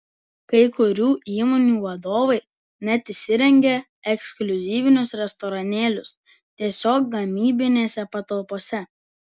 kai kurių įmonių vadovai net įsirengia ekskliuzyvinius restoranėlius tiesiog gamybinėse patalpose